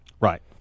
Right